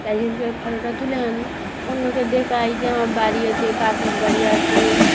তাইজনকে ও ফটোটা তুলে আনি অন্যকে দেখাই যে আমার বাড়ি আছে কাকির বাড়ি আছে